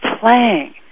playing